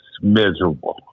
miserable